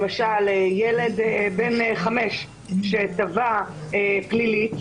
למשל, ילד בן 5 שתבע פלילית,